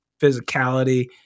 physicality